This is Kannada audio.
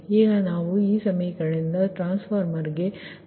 ಈಗ ನಾವು ಈ ಸಮೀಕರಣದಿಂದ ಟ್ರಾನ್ಸ್ಫಾರ್ಮರ್ಗೆ ಸಮಾನವಾದ ಮಾದರಿಯನ್ನು ಪಡೆಯಬೇಕಾಗಿದೆ